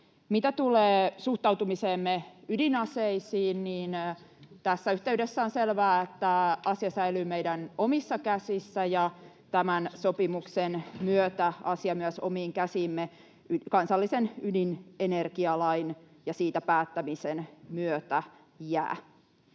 Mitä tulee suhtautumiseemme ydinaseisiin, niin tässä yhteydessä on selvää, että asia säilyy meidän omissa käsissämme ja tämän sopimuksen myötä asia myös omiin käsiimme kansallisen ydinenergialain ja siitä päättämisen myötä jää.